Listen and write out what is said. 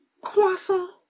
Croissant